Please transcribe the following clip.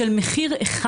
של מחיר אחד.